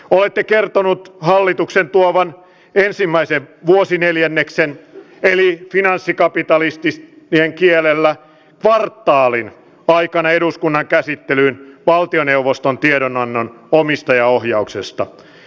olette kertonut hallituksen tuovan ensimmäisen vuosineljänneksen eli finanssikapitalistien kielellä kvartaalin aikana eduskunnan käsittelyyn valtioneuvoston tiedonannon omistajaohjauksesta